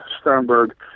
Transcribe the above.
Sternberg